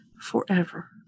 forever